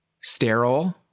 sterile